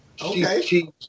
Okay